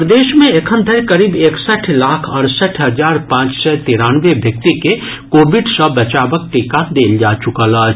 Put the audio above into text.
प्रदेश मे एखनधरि करीब एकसठि लाख अड़सठि हजार पांच सय तिरानवे व्यक्ति के कोविड सॅ बचावक टीका देल जा चुकल अछि